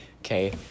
Okay